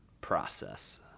process